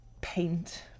paint